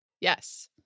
Yes